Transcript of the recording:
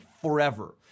forever